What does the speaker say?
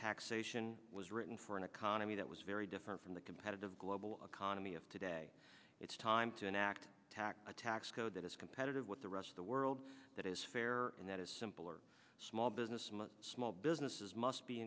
taxation was written for an economy that was very different from the competitive global economy of today it's time to enact tax a tax code that is competitive with the rest of the world that is fair and that is simple are small business and small businesses must be